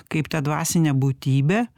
kaip tą dvasinę būtybę